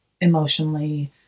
emotionally